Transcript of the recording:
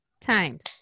times